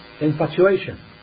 infatuation